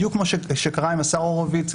בדיוק כמו שקרה עם השר הורוביץ,